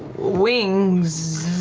wings,